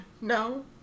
No